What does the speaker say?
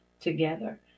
together